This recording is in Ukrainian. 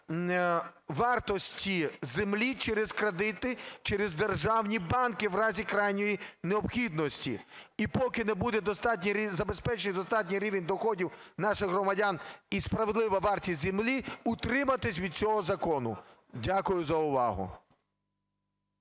вартості землі: через кредити, через державні банки в разі крайньої необхідності. І поки не буде достатній рівень забезпечення, достатній рівень доходів наших громадян і справедлива вартість землі, утриматись від цього закону. Дякую за увагу.